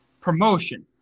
promotion